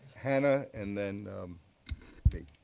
hannah, and then dave.